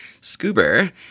scuba